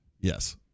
Yes